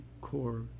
core